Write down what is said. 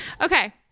okay